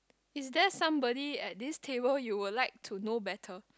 is there somebody at this table you would like to know better